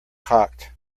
cocked